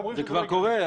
זה כבר קורה.